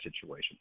situation